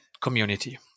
community